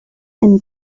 and